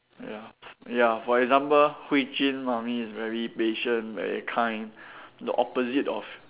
ya ya for example Hui Jun mummy is very patient very kind the opposite of